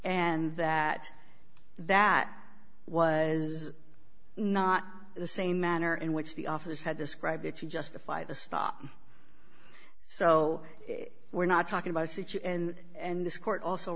and that that was not the same manner in which the officers had described it to justify the stop so we're not talking about and this court also